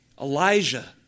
Elijah